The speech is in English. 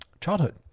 childhood